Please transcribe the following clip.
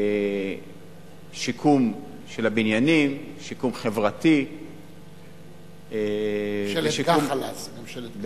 שיקום של הבניינים, שיקום חברתי, ממשלת גח"ל אז.